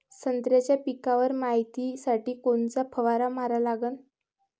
संत्र्याच्या पिकावर मायतीसाठी कोनचा फवारा मारा लागन?